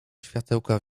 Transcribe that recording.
światełka